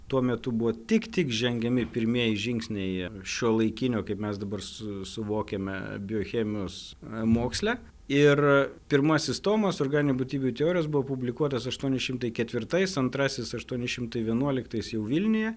tuo metu buvo tik tik žengiami pirmieji žingsniai šiuolaikinio kaip mes dabar su suvokiame biochemijos moksle ir pirmasis tomas organinių būtybių teorijos buvo publikuotas aštuoni šimtai ketvirtais antrasis aštuoni šimtai vienuoliktais jau vilniuje